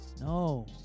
No